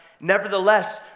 nevertheless